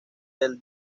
del